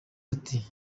ati